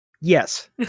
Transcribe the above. Yes